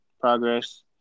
progress